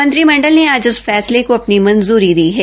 मंत्रिमंडल ने आज इस फैसले को अपनी मंजूरी दी है